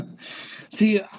See